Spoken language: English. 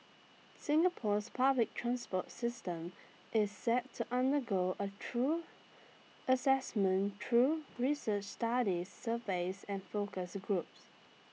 Singapore's public transport system is set to undergo A thorough Assessment through research studies surveys and focus groups